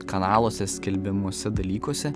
kanaluose skelbiamuose dalykuose